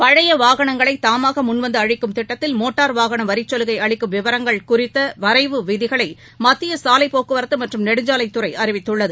பழைய வாகனங்களை தாமாக முன்வந்து அழிக்கும் திட்டத்தில் மோட்டார் வாகன வரிச்சலுகை அளிக்கும் விவரங்கள் குறித்த வரைவு விதிகளை மத்திய சாலை போக்குவரத்து மற்றும் நெடுஞ்சாலைத்துறை அறிவித்துள்ளது